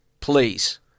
please